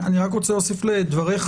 אני רוצה להוסיף לדבריך.